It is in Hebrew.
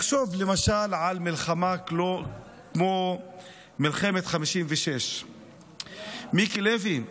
לחשוב, למשל על מלחמה כמו מלחמת 1956. מיקי לוי,